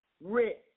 rich